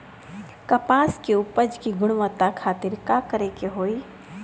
कपास के उपज की गुणवत्ता खातिर का करेके होई?